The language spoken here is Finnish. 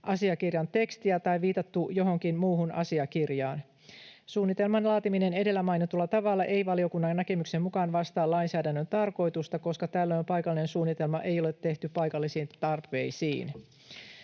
perusteasiakirjan tekstiä tai viitattu johonkin muuhun asiakirjaan. Suunnitelman laatiminen edellä mainitulla tavalla ei valiokunnan näkemyksen mukaan vastaa lainsäädännön tarkoitusta, koska tällöin paikallinen suunnitelma ei ole tehty paikallisiin tarpeisiin.